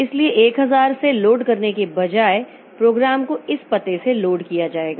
इसलिए 1000 से लोड करने के बजाय प्रोग्राम को इस पते से लोड किया जाएगा